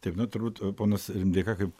taip na turbūt ponas rimdeika kaip